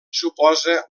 suposa